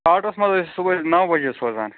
آٹوٗہَس منٛز ہَس صُبحٲے نَو بَجے سوزان